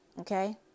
okay